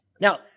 Now